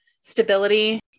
stability